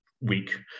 week